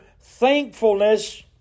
thankfulness